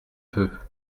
peu